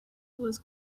was